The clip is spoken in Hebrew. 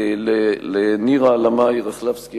לנירה לאמעי-רכלבסקי,